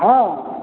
हॅं